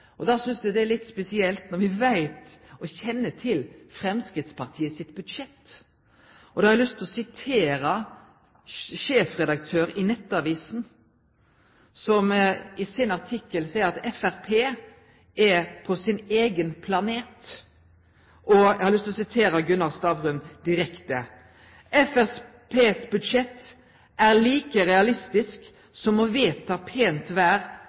er litt spesielt, når me kjenner Framstegspartiet sitt budsjett, og eg har lyst til å sitere sjefredaktør i Nettavisen, som i sin artikkel seier at Framstegspartiet er «på sin egen planet». Vidare seier Gunnar Stavrum: «Fremskrittspartiets budsjett er like realistisk som å vedta pent vær